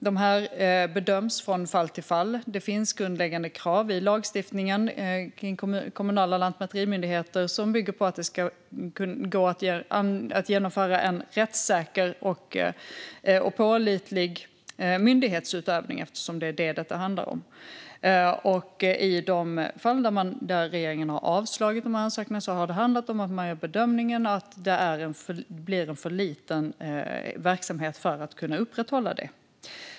Det bedöms från fall till fall. Det finns grundläggande krav i lagstiftningen kring kommunala lantmäterimyndigheter, som bygger på att det ska gå att genomföra en rättssäker och pålitlig myndighetsutövning, eftersom det är det detta handlar om. I de fall där regeringen har avslagit ansökningarna har det handlat om att den gör bedömningen att det blir en för liten verksamhet för att man ska kunna upprätthålla detta.